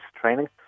training